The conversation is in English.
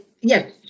yes